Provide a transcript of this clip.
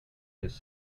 his